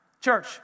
Church